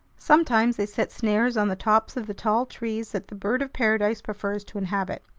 sometimes they set snares on the tops of the tall trees that the bird of paradise prefers to inhabit.